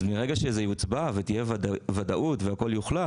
מרגע שתהיה הצבעה ותהיה וודאות והכל יוחלט